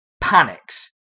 panics